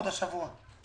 ועוד השבוע.